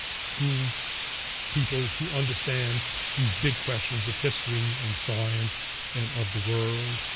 school people, to understand these big questions of history and science and of the world?